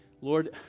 Lord